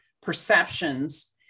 perceptions